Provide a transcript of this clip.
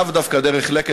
לאו דווקא דרך "לקט"?